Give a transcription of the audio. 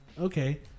Okay